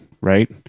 right